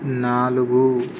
నాలుగు